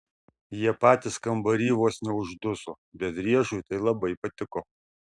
jie patys kambary vos neužduso bet driežui tai labai patiko